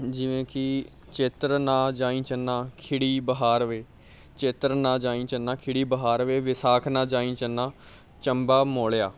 ਜਿਵੇਂ ਕਿ ਚੇਤਰ ਨਾ ਜਾਈਂ ਚੰਨਾ ਖਿੜੀ ਬਹਾਰ ਵੇ ਚੇਤਰ ਨਾ ਜਾਈਂ ਚੰਨਾ ਖਿੜੀ ਬਹਾਰ ਵੇ ਵਿਸਾਖ ਨਾ ਜਾਈਂ ਚੰਨਾ ਚੰਬਾ ਮੌਲਿਆ